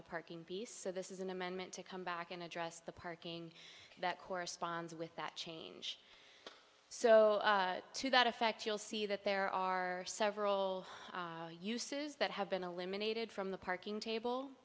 the parking piece so this is an amendment to come back and address the parking that corresponds with that change so to that effect you'll see that there are several uses that have been eliminated from the parking table